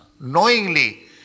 Knowingly